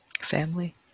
Family